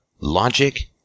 logic